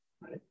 right